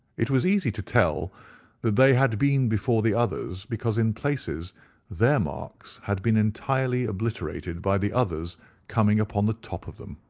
it was easy to tell that they had been before the others, because in places their marks had been entirely obliterated by the others coming upon the top of them.